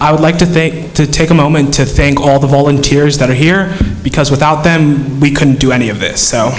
i would like to fake to take a moment to thank all the volunteers that are here because without then we couldn't do any of